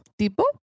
Tipo